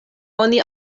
oni